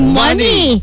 money